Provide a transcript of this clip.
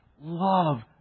Love